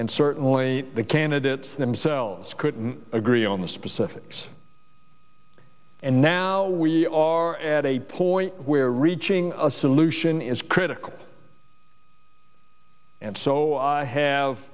and certainly the candidates themselves couldn't agree on the specifics and now we are at a point where reaching a solution is critical and so i have